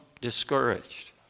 discouraged